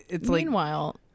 Meanwhile